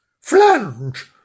Flange